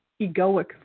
egoic